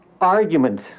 argument